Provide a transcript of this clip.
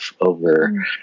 over